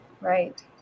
Right